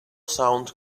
sound